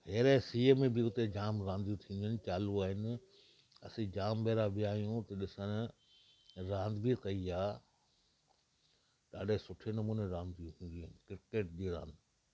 हेड़े सीअ में बि उते जामु रांदियूं थींदियूं आहिनि चालू आहिनि असीं जामु भेड़ा विया आहियूं उते ॾिसणु रांदि बि कई आहे ॾाढे सुठे नमूने रांदियूं थींदियूं आहिनि क्रिकेट जी रांदि